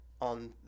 on